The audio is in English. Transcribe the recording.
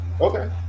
Okay